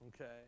Okay